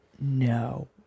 No